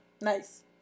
Nice